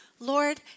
Lord